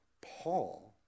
Paul